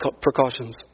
precautions